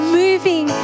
moving